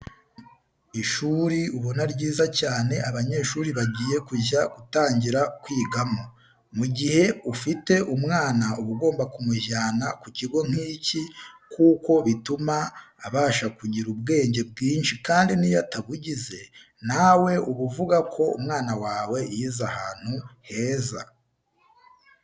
Ishuri ubona ryiza cyane abanyeshuri bagiye kujya gutangira kwigamo. Mu gihe ufite umwana uba ugomba kumujyana ku kigo nk'iki kuko bituma abasha kugira ubwenge bwinshi kandi niyo atabugize nawe uba uvuga ko umwana wawe yize ahantu heza.